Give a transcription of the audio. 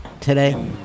today